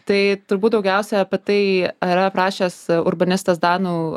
tai turbūt daugiausia apie tai yra aprašęs urbanistas danų